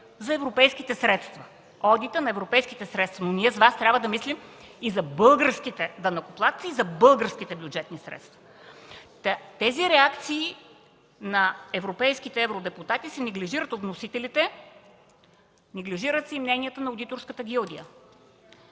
за европейските средства – одитът на европейските средства. Ние обаче с Вас трябва да мислим и за българските данъкоплатци, и за българските бюджетни средства. Тези реакции на европейските евродепутати се неглижират от вносителите, неглижира се и мнението на одиторската гилдия.